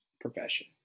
profession